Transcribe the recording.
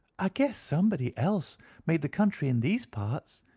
i guess somebody else made the country in these parts.